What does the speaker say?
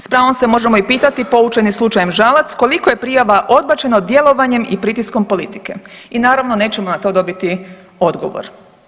S pravom se možemo i pitati poučeni slučajem Žalac koliko je prijava odbačeno djelovanjem i pritiskom politike i naravno nećemo na to dobiti odgovor.